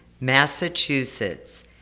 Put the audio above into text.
Massachusetts